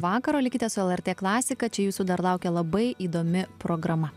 vakaro likite su lrt klasika čia jūsų dar laukia labai įdomi programa